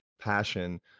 passion